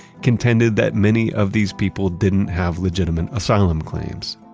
contended that many of these people didn't have legitimate asylum claims.